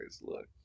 look